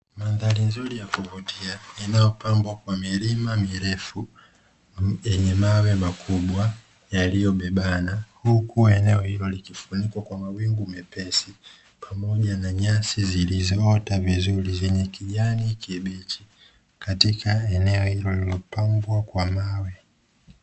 Mandhari nzuri ya kuvutia inayopambwa kwa milima mirefu yenye mawe makubwa yaliyobebana, huku eneo hilo likifunikwa kwa mawingu mepesi pamoja na nyasi zilizoota vizuri zenye kijani kibichi, katika eneo hilo lililopambwa kwa mawe.